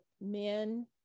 men